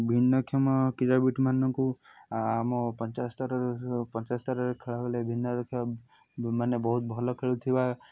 ଭିନ୍ନକ୍ଷମ କ୍ରୀଡ଼ାବିତ ମାନଙ୍କୁ ଆମ ପଞ୍ଚାୟତସ୍ତର ପଞ୍ଚାୟତସ୍ତରରେ ଖେଳ ହେଲେ ଭିନ୍ନକ୍ଷମମାନେ ବହୁତ ଭଲ ଖେଳୁଥିବା